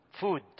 food